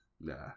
Nah